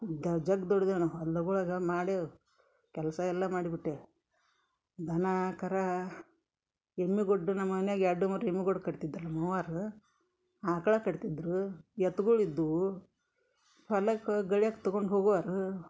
ಗಜ್ಜಗ ದುಡ್ದೇವೆ ನಾವು ಹೊಲ್ದಗುಳಗ ಮಾಡೇವಿ ಕೆಲಸ ಎಲ್ಲಾ ಮಾಡಿ ಬಿಟ್ಟೇವಿ ದನ ಕರ ಎಮ್ಮಿ ಗುಡ್ಡು ನಮ್ಮ ಮನ್ಯಾಗ ಎರಡು ಮೂರು ಎಮ್ಮೆ ಗುಡ್ ಕಟ್ತಿದ್ದರು ನಮ್ಮ ಅವ್ವಾರ ಆಕಳ ಕಟ್ತಿದ್ದರು ಎತ್ಗುಳು ಇದ್ವು ಹೊಲಕ್ಕೆ ಗಳಿಯಕ್ಕೆ ತಗೊಂಡು ಹೋಗುವಾರ